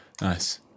Nice